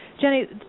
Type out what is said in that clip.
Jenny